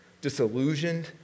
disillusioned